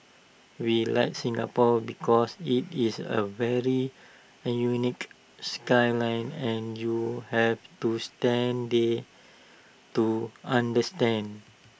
we like Singapore because IT is A very an unique skyline and you have to stand there to understand